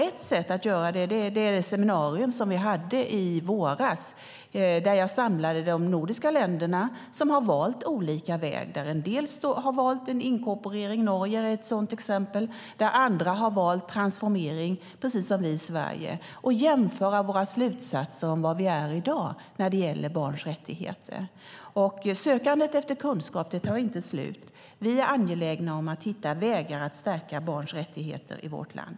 Ett sätt att göra det var det seminarium som vi hade i våras där jag samlade de nordiska länderna som har valt olika vägar. En del har valt en inkorporering - Norge är ett sådant exempel. Andra har valt transformering, precis som vi i Sverige. Där kan vi jämföra våra slutsatser om var vi är i dag när det gäller barns rättigheter. Sökandet efter kunskap tar inte slut. Vi är angelägna om att hitta vägar att stärka barns rättigheter i vårt land.